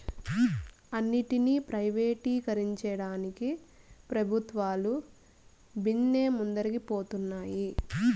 అన్నింటినీ ప్రైవేటీకరించేదానికి పెబుత్వాలు బిన్నే ముందరికి పోతన్నాయి